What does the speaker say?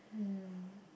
mm